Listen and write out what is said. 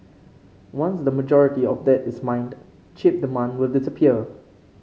once the majority of that is mined chip demand will disappear